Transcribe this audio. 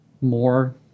more